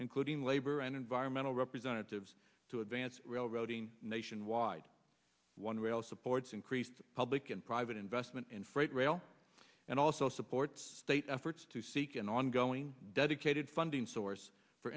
including labor and environmental representatives to advance railroading nationwide one rail supports increased public and private investment in freight rail and also supports state efforts to seek an ongoing dedicated funding source for